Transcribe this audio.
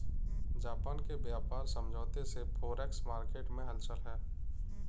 Japan के व्यापार समझौते से फॉरेक्स मार्केट में हलचल है